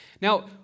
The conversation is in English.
Now